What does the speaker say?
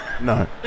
No